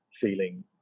feeling